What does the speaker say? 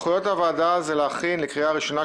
זה להכין לקריאה ראשונה,